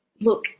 look